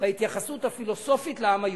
בהתייחסות הפילוסופית לעם היהודי.